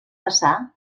passar